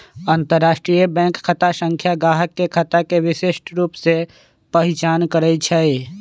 अंतरराष्ट्रीय बैंक खता संख्या गाहक के खता के विशिष्ट रूप से पहीचान करइ छै